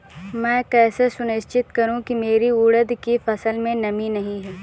मैं कैसे सुनिश्चित करूँ की मेरी उड़द की फसल में नमी नहीं है?